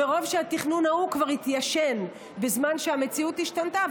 מרוב שהתכנון ההוא כבר התיישן בזמן שהמציאות השתנתה,